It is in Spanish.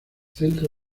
centro